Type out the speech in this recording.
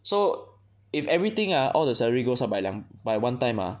so if everything ah all the salary goes up by 两 by one time ah